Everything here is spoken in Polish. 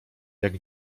jak